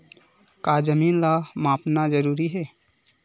का जमीन ला मापना जरूरी हे?